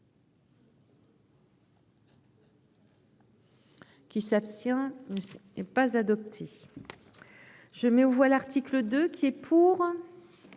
Qui s'abstient. Ce n'est pas adopté. Je mets aux voix l'article 2 qui est pour.